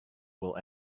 will